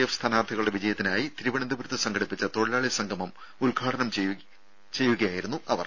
F സ്ഥാനാർത്ഥികളുടെ വിജയത്തിനായി തിരുവനന്തപുരത്ത് സംഘടിപ്പിച്ച തൊഴിലാളി സംഗമം ഉദ്ഘാടനം ചെയ്യുകയായിരുന്നു അവർ